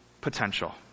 potential